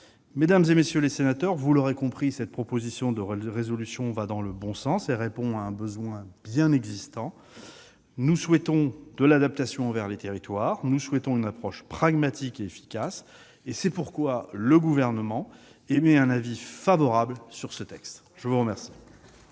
Mesdames, messieurs les sénateurs, vous l'aurez compris, cette proposition de résolution va dans le bon sens et répond à un besoin bien réel. Nous souhaitons de l'adaptation envers les territoires. Nous souhaitons une approche pragmatique et efficace. C'est pourquoi le Gouvernement est favorable au présent texte. Très bien